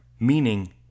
Meaning